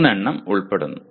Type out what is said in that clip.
3 എണ്ണം ഉൾപ്പെടുന്നു